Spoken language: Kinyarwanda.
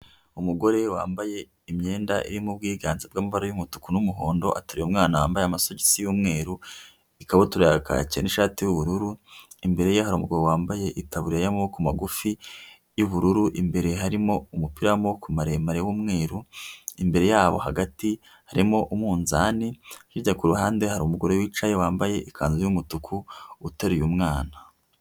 Umugore wambaye imyenda irimo ubwiganze bw'amabara y'umutuku n'umuhondo, ateruye umwana wambaye amasogisi y'umweru, ikabutura ya kacye n'ishati y'ubururu, imbere ye hari umugabo wambaye itaburiya y'amaboko magufi y'ubururu, imbere harimo umupira w'amaboko maremare w'umweru, imbere yabo hagati harimo umunzani, hirya ku ruhande hari umugore wicaye wambaye ikanzu y'umutuku, uteruye umwana.